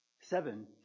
seven